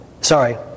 Sorry